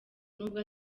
nubwo